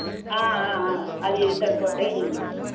అది సరిపోతాయి ఇవ్వు